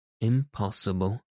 Impossible